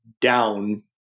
down